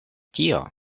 tio